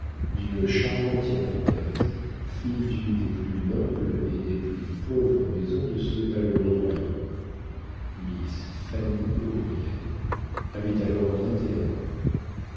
d'une charmante irlandaise fille d'une des plus nobles et des plus pauvres maisons de ce malheureux royaume miss fanny o'brien avait alors vingt-un ans